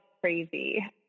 crazy